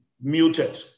muted